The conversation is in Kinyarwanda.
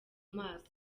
maso